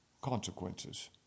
consequences